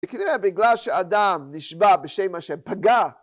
יקרה בגלל שאדם נשבע בשם ה', פגע